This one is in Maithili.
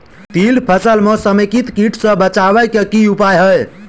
तिल फसल म समेकित कीट सँ बचाबै केँ की उपाय हय?